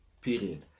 Period